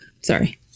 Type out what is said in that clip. Sorry